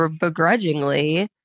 begrudgingly